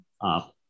up